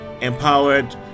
empowered